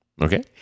Okay